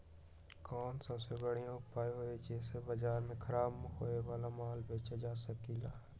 कोन सबसे बढ़िया उपाय हई जे से बाजार में खराब होये वाला माल बेचल जा सकली ह?